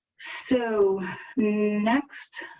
so next,